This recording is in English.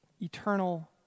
Eternal